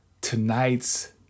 tonight's